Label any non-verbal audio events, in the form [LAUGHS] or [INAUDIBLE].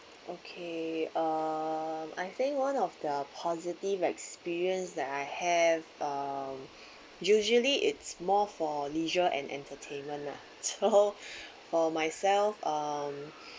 okay um I think one of the positive experience that I have um usually it's more for leisure and entertainment lah [LAUGHS] so for myself um